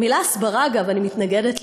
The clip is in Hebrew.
המילה "הסברה", אגב, אני מתנגדת לה.